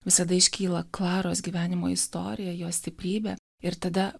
visada iškyla klaros gyvenimo istorija jos stiprybė ir tada